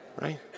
Right